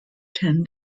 ten